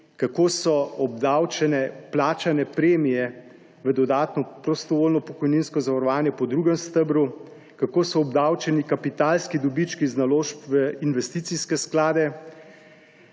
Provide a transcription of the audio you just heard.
kako so obdavčene plačane premije v dodatno prostovoljno pokojninsko zavarovanje po drugem stebru, kako so obdavčeni kapitalski dobički iz naložb v investicijske sklade,